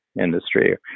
industry